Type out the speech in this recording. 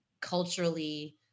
culturally